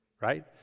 Right